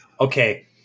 Okay